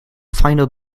final